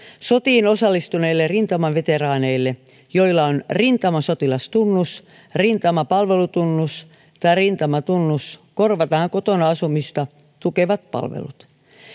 sotiin osallistuneille rintamaveteraaneille joilla on rintamasotilastunnus rintamapalvelustunnus tai rintamatunnus korvataan kotona asumista tukevat palvelut